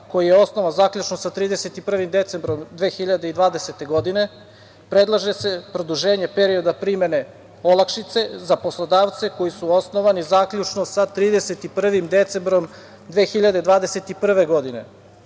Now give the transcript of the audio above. koji je osnovan zaključno sa 31. decembrom 2020. godine, predlaže se produženje perioda primene olakšice za poslodavce koji su osnovani zaključno sa 31. decembrom 2021. godine.